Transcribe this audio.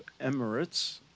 Emirates